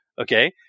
Okay